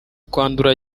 kwandura